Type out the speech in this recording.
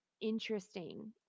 interesting